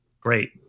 great